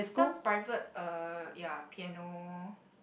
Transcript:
some private uh ya piano